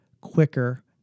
quicker